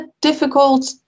difficult